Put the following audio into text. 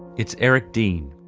it's eric dean.